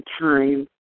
time